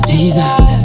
Jesus